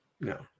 no